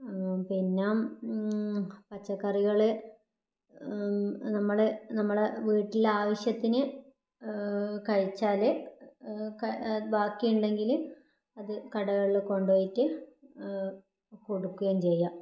പിന്നെ പച്ചക്കറികൾ നമ്മുടെ നമ്മുടെ വീട്ടിലെ ആവശ്യത്തിന് കഴിച്ചാൽ ബാക്കി ഉണ്ടെങ്കിൽ അത് കടകളിൽ കൊണ്ടു പോയിട്ട് കൊടുക്കുകയും ചെയ്യാം